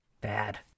Bad